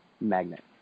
magnet